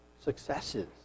successes